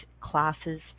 classes